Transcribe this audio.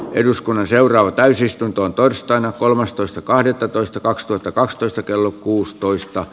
eduskunnan seuraava täysistuntoon torstaina kolmastoista kahdettatoista kaksituhattakaksitoista kello kuusitoista